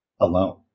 alone